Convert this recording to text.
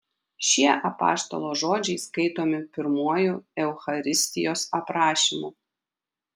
šie apaštalo žodžiai skaitomi pirmuoju eucharistijos aprašymu